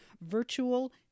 virtual